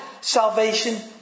salvation